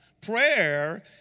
prayer